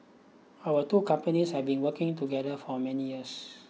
our two companies have been working together for many years